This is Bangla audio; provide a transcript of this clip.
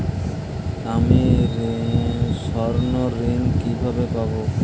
আমি স্বর্ণঋণ কিভাবে পাবো?